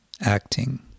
acting